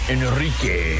Enrique